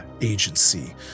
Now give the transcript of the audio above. agency